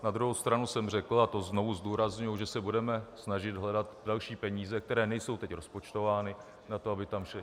Na druhou stranu jsem řekl, a to znovu zdůrazňuji, že se budeme snažit hledat další peníze, které nejsou teď rozpočtovány, na to, aby tam šly.